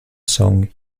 song